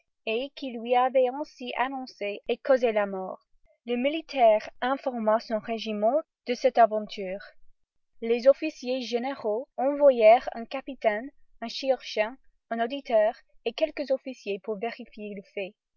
et qui lui avait ainsi annoncé et causé la mort le militaire informa son régiment de cette aventure les officiers généraux envoyèrent un capitaine un chirurgien un auditeur et quelques officiers pour vérifier le fait